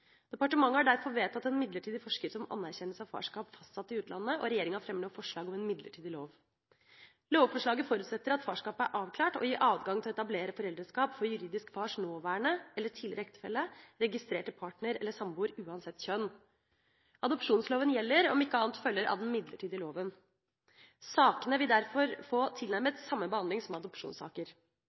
Departementet har derfor vedtatt en midlertidig forskrift om anerkjennelse av farskap fastsatt i utlandet, og regjeringa fremmer nå forslag om en midlertidig lov. Lovforslaget forutsetter at farskapet er avklart, og gir adgang til å etablere foreldreskap for juridisk fars nåværende eller tidligere ektefelle, registrerte partner eller samboer – uansett kjønn. Adopsjonsloven gjelder, om ikke annet følger av den midlertidige loven. Sakene vil derfor få tilnærmet samme behandling som adopsjonssaker.